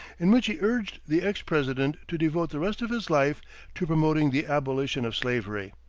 in which he urged the ex-president to devote the rest of his life to promoting the abolition of slavery.